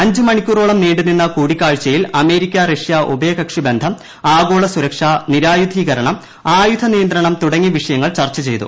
അഞ്ച് മണിക്കൂറോളം നീണ്ടുനിന്ന കൂടിക്കാഴ്ചയിൽ അമേരിക്ക റഷ്യ ഉഭയകക്ഷി ബന്ധം ആഗോള സുരക്ഷ നിരായുധീകരണം ആയുധ നിയന്ത്രണം തുടങ്ങിയ വിഷയങ്ങൾ ചർച്ച ചെയ്തു